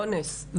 אונס.